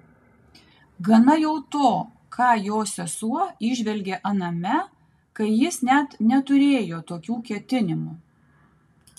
gana jau to ką jo sesuo įžvelgė aname kai jis net neturėjo tokių ketinimų